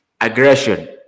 Aggression